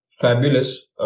fabulous